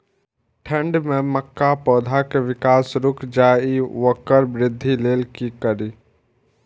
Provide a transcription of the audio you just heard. ठंढ में मक्का पौधा के विकास रूक जाय इ वोकर वृद्धि लेल कि करी?